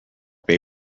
they